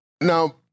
Now